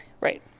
right